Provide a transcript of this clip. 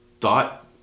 thought